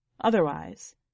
Otherwise